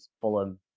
Fulham